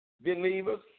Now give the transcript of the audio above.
believers